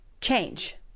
change